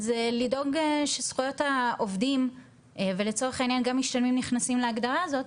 זה לדאוג שזכויות העובדים ולצורך העניין גם משתלמים נכנסים להגדרה הזאת,